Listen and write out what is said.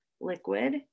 liquid